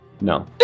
No